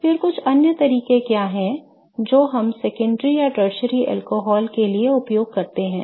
फिर कुछ अन्य तरीके क्या हैं जो हम द्वितीयक या टर्शरी अल्कोहल के लिए उपयोग करते हैं